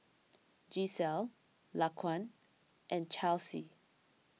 Gisselle Laquan and Chelsea